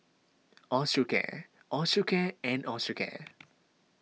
Osteocare Osteocare and Osteocare